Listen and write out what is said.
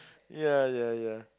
ya ya ya